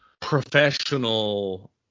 professional